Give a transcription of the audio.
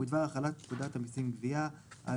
ובדבר החלת פקודת המסים (גבייה) על